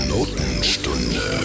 Notenstunde